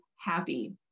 happy